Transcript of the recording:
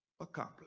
accomplished